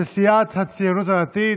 של סיעת הציונות הדתית,